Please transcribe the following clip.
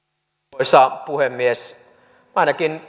arvoisa puhemies ainakin